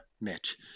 mitch